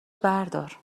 بردار